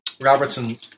Robertson